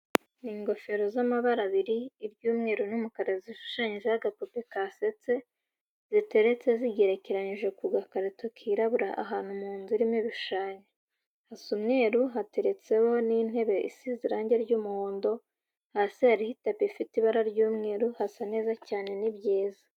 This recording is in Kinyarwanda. Ni ingofero zamabara abiri Iryumweru nu mukara zishushanyijeho agapupe kasetse ziretse zigerekanyije kugikarito kirabura Ahanu munzu Irimo ibishushanyo hasa umweru hateretsemo nuntebe isize irange ryumuhondo hasi hariho tapi ifite ibara ryumweru hasa neza cyane nibyiza.